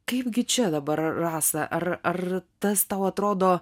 kaipgi čia dabar rasa ar ar tas tau atrodo